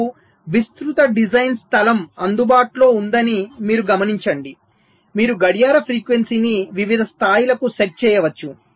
మీకు విస్తృత డిజైన్ స్థలం అందుబాటులో ఉందని మీరు గమనించండి మీరు గడియార ఫ్రీక్వెన్సీని వివిధ స్థాయిలకు సెట్ చేయవచ్చు